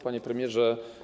Panie Premierze!